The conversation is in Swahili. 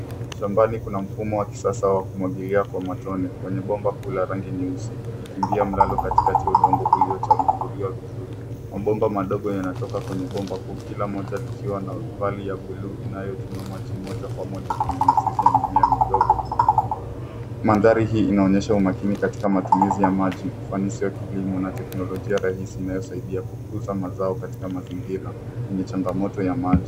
Shambani kuna mfumo wa kisasa wa kumwagilia kwa matone wenye bomba kuu la rangi nyeusi likikimbia mlalo katikati ya udongo uliochambuliwa vizuri. Mabomba madogo yanatoka kwenye bomba kuu kila mmoja likiwa na vali ya buluu inayotuma maji moja kwa moja kwenye mizizi ya mimea midogo. Mandhari hii inaonyesha umakini katika matumizi ya maji, ufanisi wa kilimo na teknolojia rahisi inayosaidia kukuza mazao katika mazingira yenye changamoto ya maji.